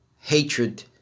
hatred